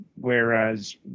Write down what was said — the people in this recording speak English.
whereas